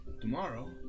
tomorrow